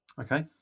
Okay